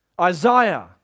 Isaiah